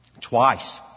twice